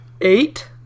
Eight